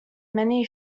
many